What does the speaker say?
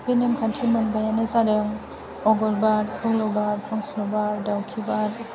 बे नेम खान्थि मोबायानो जादों आगर बाद खौलोबोद बाद पंस्लद बाद दावखि बाद